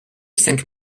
cinq